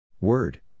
Word